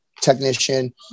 technician